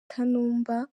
kanumba